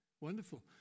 Wonderful